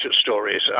stories